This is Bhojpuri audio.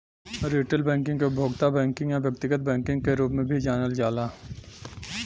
रिटेल बैंकिंग के उपभोक्ता बैंकिंग या व्यक्तिगत बैंकिंग के रूप में भी जानल जाला